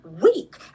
week